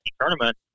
tournament